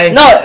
no